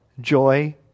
joy